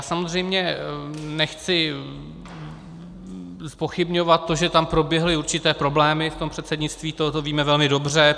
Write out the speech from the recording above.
Samozřejmě nechci zpochybňovat to, že proběhly určité problémy v tom předsednictví, to víme velmi dobře.